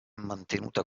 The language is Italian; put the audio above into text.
mantenuta